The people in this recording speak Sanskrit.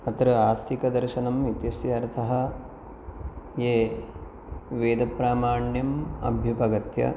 अत्र आस्तिकदर्शनम् इत्यस्य अर्थः ये वेदप्रामाण्यम् अभ्युपगत्य